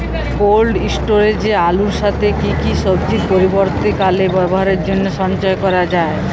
Cold স্টোরেজে আলুর সাথে কি কি সবজি পরবর্তীকালে ব্যবহারের জন্য সঞ্চয় করা যায়?